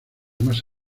más